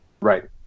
Right